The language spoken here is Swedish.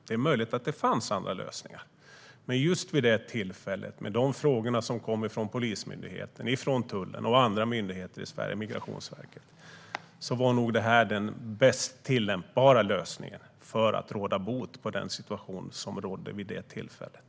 Det är möjligt att det fanns andra lösningar, men just vid det tillfället, med frågorna som kom från Polismyndigheten, tullen, Migrationsverket och andra myndigheter i Sverige, var nog det här den bäst tillämpbara lösningen för att råda bot på den situation som rådde vid det tillfället.